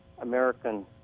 american